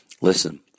Listen